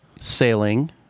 Sailing